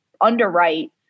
underwrite